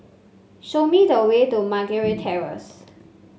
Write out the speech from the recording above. show me the way to Meragi Terrace